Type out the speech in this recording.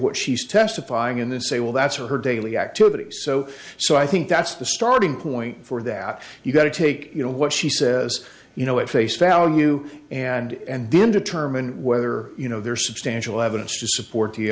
what she's testifying in this say well that's her daily activities so so i think that's the starting point for that you've got to take you know what she says you know at face value and then determine whether you know there's substantial evidence to support the